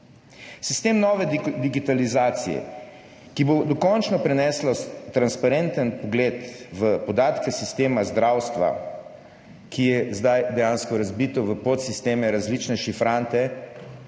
Sistem nove digitalizacije, ki bo dokončno prinesla transparenten vpogled v podatke sistema zdravstva, ki je zdaj dejansko razbito v podsisteme, različne šifrante,